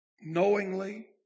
knowingly